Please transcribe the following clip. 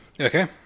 Okay